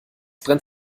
brennt